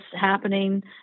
happening